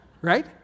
Right